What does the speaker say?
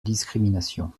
discrimination